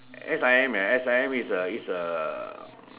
S_I_M S_I_M is a is A